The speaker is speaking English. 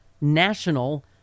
national